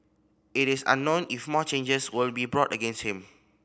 it is unknown if more changes will be brought against him